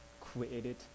created